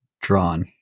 drawn